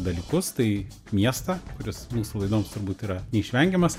dalykus tai miestą kuris mūsų laidoms turbūt yra neišvengiamas